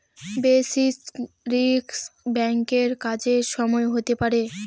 basis risk ব্যাঙ্কের কাজের সময় হতে পারে